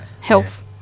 Health